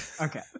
Okay